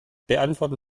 beantworten